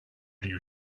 new